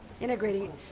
integrating